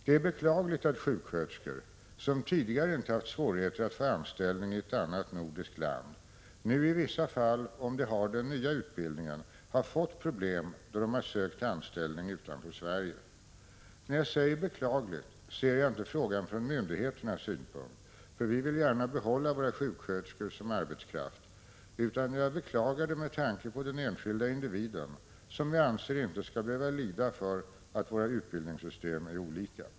Det är beklagligt att sjuksköterskor, som tidigare inte haft svårigheter att få anställning i ett annat nordiskt land, nu i vissa fall, om de har den nya utbildningen, har fått problem då de sökt anställning utanför Sverige. När jag säger beklagligt, ser jag inte frågan från myndigheternas synpunkt, för vi vill gärna behålla våra sjuksköterskor som arbetskraft, utan jag beklagar det med tanke på den enskilda individen, som jag anser inte skall behöva lida för att våra utbildningssystem är olika.